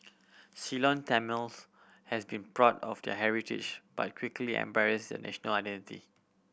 Ceylon Tamils has been proud of their heritage but quickly embraced a national identity